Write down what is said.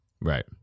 Right